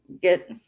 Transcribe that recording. get